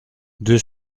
deux